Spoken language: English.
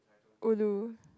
ulu